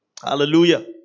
Hallelujah